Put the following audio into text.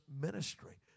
ministry